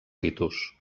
ritus